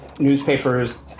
newspaper's